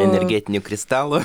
energetinių kristalų